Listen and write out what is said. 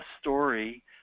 story